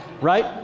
right